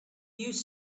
use